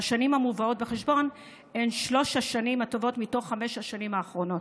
השנים המובאות בחשבון הן שלוש השנים הטובות מתוך חמש השנים האחרונות.